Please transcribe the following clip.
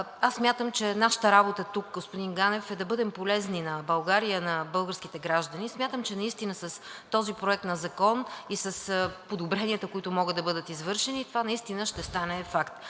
Аз смятам, че нашата работа тук, господин Ганев, е да бъдем полезни на България, на българските граждани. Смятам, че наистина с този проект на Закон и с подобренията, които могат да бъдат извършени, това наистина ще стане факт